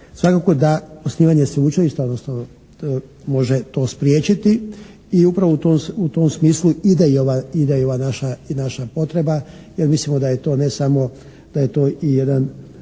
Svakako da osnivanje sveučilišta, odnosno može to spriječiti i upravo u tom smislu ide i ova naša potreba jer mislimo da je to ne samo, da